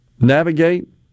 navigate